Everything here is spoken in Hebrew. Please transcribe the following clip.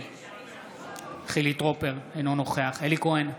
נגד חילי טרופר, אינו נוכח אלי כהן,